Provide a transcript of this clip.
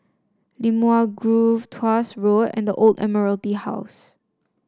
Limau Grove Tuas Road and The Old Admiralty House